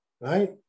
right